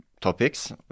topics